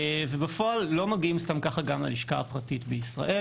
בפועל לא מגיעים סתם כך גם ללשכה הפרטית בישראל.